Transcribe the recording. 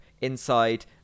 Inside